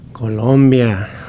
Colombia